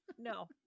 No